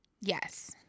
Yes